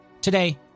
Today